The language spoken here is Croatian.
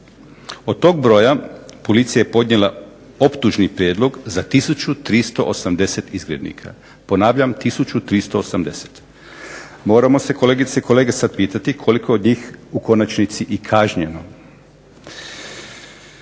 Od tog broja policija je podnijela optužni prijedlog za tisuću 380 izgrednika. Ponavljam tisuću 380. Moramo se kolegice i kolege sad pitati koliko od njih u konačnici i kažnjeno.